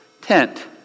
tent